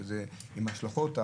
שזה עם השלכות.